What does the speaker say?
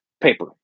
paper